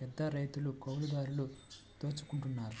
పెద్దరైతులు, కౌలుదారులు దోచుకుంటన్నారు